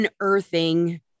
unearthing